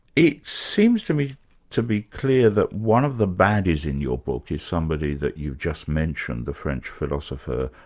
it seems to me to be clear that one of the baddies in your book is somebody that you just mentioned, the french philosopher,